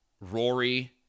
rory